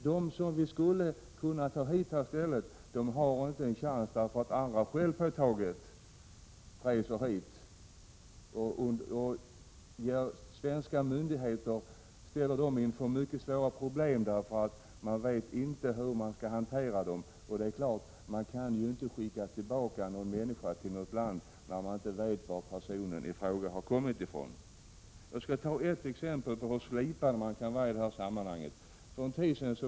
De människor vi skulle ha kunnat ta hit i stället har inte en chans, därför att andra självsvåldigt reser hit och ställer svenska myndigheter inför mycket svåra problem; man vet inte hur man skall hantera dessa människor. Det är klart att man inte kan skicka tillbaka en människa till ett land när man inte vet varifrån personen i fråga har kommit. Jag skall ta ett exempel på hur slipade de kan vara.